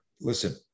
listen